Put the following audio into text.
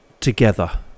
together